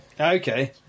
Okay